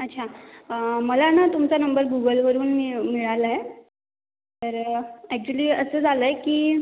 अच्छा मला ना तुमचा नंबर गुगलवरून मि मिळाला आहे तर ॲक्चुअली असं झालं आहे की